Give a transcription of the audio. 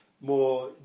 more